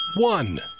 one